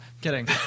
Kidding